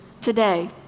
today